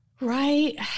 Right